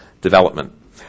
development